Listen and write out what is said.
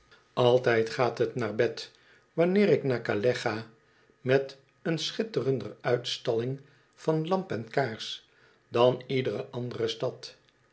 altijd gaat het naar bed wanneer ik naar calais ga met een schitterender uitstalling van lamp en kaars dan iedere andere stad